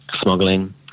smuggling